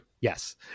Yes